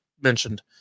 mentioned